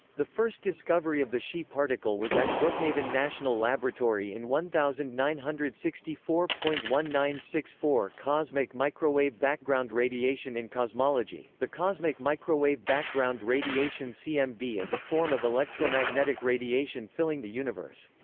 the first discovery of the xi particle was at brookhaven national laboratory in one thousand nine hundred and sixty four point one nine six four cosmic microwave background radiation in cosmology, the cosmic microwave background radiation cmb is a form of electromagnetic radiation filling the universe.